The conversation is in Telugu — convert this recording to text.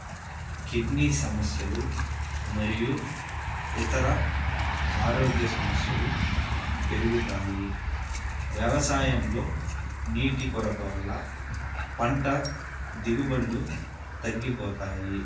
కిడ్నీ సమస్యలు మరియు ఇతర ఆరోగ్య సమస్యలు పెరుగుతాయి వ్యవసాయంలో నీటి కొరత వల్ల పంట దిగుబడులు తగ్గిపోతాయి